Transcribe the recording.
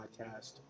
podcast